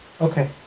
Okay